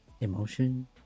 emotion